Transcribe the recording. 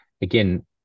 again